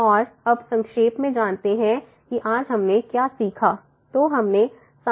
और अब संक्षेप में जानते हैं कि आज हमने क्या सीखा